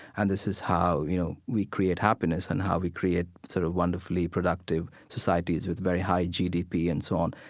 and this is how, you know, we create happiness and how we create sort of wonderfully productive societies with very high gdp and so on.